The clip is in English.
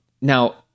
Now